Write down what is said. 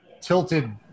tilted